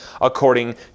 according